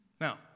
Now